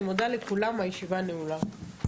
אני מודה לכולם, הישיבה נעולה.